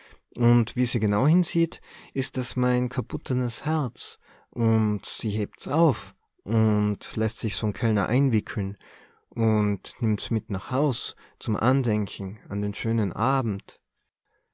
und wie se genau hinsieht is es mein kaputtenes herz und se hebt's auf und läßt sich's vom kellner einwickeln und nimmt's mit nach haus zum andenken an den schönen abend